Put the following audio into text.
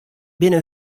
binne